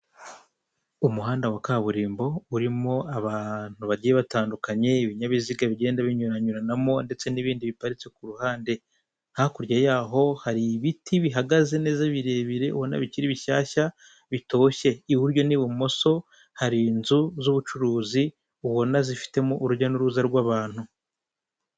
Umuhanda wa kaburimbo, urimo abantu bagiye batandukanye, ibinyabiziga bigenda binyuranyuranamo ndetse n'ibindi biparitse ku ruhande. Hakurya y'aho, hari ibiti bihagaze neza, birebire, ubona bikiri bishyashya, bitoshye. Iburyo n'ibumoso hari inzu z'ubucuruzi, ubona zifitemo urujya n'uruza rw'abantu.